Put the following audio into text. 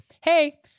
hey